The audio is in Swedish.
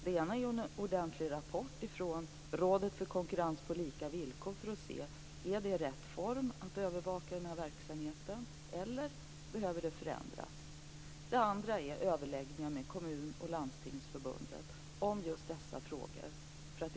Det ena är en ordentlig rapport från Rådet för konkurrens på lika villkor för att se om detta är rätt form för att övervaka den här verksamheten eller om det behöver förändras. Det andra är överläggningar med Kommun och Landstingsförbunden om just dessa frågor.